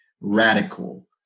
radical